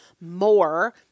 more